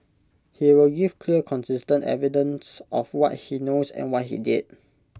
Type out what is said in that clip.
he will give clear consistent evidence of what he knows and what he did